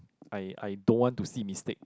I I don't want to see mistake